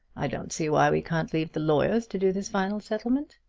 i don't see why we can't leave the lawyers to do this final settlement.